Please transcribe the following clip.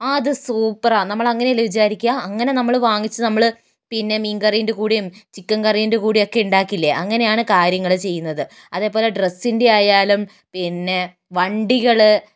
അത് സൂപ്പറാണ് നമ്മളങ്ങനെയല്ലേ അല്ലേ വിചാരിക്കുക അങ്ങനെ നമ്മള് വാങ്ങിച്ച് നമ്മള് പിന്നെ മീകറീൻറെ കൂടെയും ചിക്കൻ കറീൻറെ കൂടെയും ഒക്കെ ഉണ്ടാക്കില്ലേ അങ്ങനെയാണ് കാര്യങ്ങള് ചെയ്യുന്നത് അതേപോലെ ഡ്രെസ്സിൻറെയായാലും പിന്നെ വണ്ടികള്